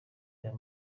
reba